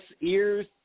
ears